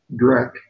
Drek